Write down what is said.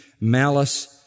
malice